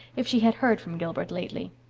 if she had heard from gilbert lately.